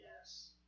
Yes